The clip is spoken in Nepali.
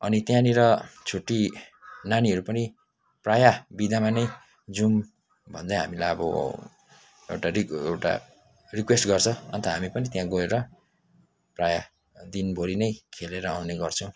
अनि त्यहाँनिर छुट्टी नानीहरू पनि प्रायः बिदामा नै जाउँ भन्दै हामीलाई अब एउटा रिक् एउटा रिक्वेस्ट गर्छ अन्त हामी पनि त्यहाँ गएर प्रायः दिनभरि नै खेलेर आउने गर्छौँ